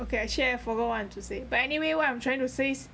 okay I actually forgot what I want to say but anyway what I'm trying to say